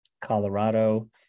Colorado